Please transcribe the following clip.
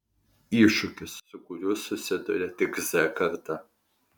iššūkis su kuriuo susiduria tik z karta